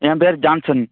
என் பேரு ஜான்சன்